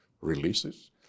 releases